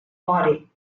body